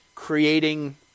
creating